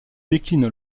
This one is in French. décline